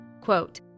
Quote